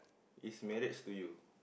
is marriage to you